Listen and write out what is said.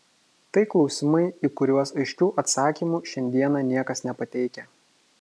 tai klausimai į kuriuos aiškių atsakymų šiandieną niekas nepateikia